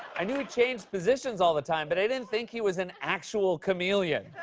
i knew he changed positions all the time. but i didn't think he was an actual chameleon.